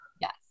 Yes